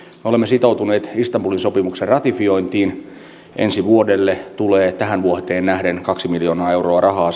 me olemme sitoutuneet istanbulin sopimuksen ratifiointiin ensi vuodelle tulee tähän vuoteen nähden kaksi miljoonaa euroa lisää rahaa